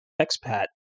expat